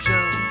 Joe